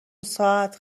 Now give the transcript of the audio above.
ساعت